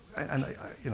and i